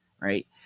right